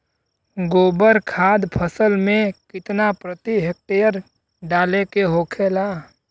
गोबर खाद फसल में कितना प्रति हेक्टेयर डाले के होखेला?